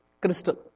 crystal